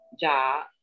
job